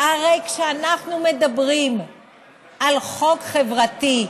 הרי כשאנחנו מדברים על חוק חברתי,